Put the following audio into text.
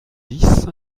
dix